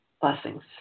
Blessings